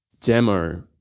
demo